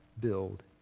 build